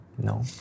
No